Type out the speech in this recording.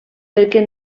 perquè